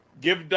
Give